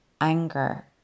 anger